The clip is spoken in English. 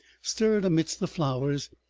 stirred amidst the flowers,